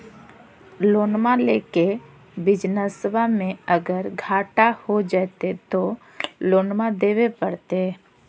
लोनमा लेके बिजनसबा मे अगर घाटा हो जयते तो लोनमा देवे परते?